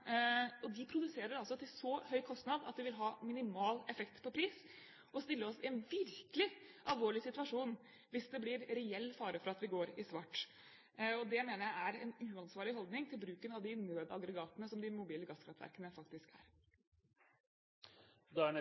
gang de mobile gasskraftverkene. De produserer altså til så høy kostnad at det vil ha minimal effekt på pris og stille oss i en virkelig alvorlig situasjon hvis det blir reell fare for at vi går i svart. Det mener jeg er en uansvarlig holdning til bruken av de nødaggregatene som de mobile gasskraftverkene faktisk er. Høyre